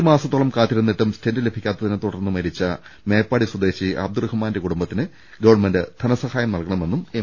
ഒരു മാസത്തോളം കാത്തിരുന്നിട്ടും സ്റ്റെന്റ് ലഭിക്കാത്തതിനെ തുടർന്ന് മരിച്ച മേപ്പാടി സ്വദേശി അബ്ദുറഹ്മാന്റെ കുടുംബത്തിന് ഗവൺമെന്റ് ധന സഹായം നൽകണമെന്നും എം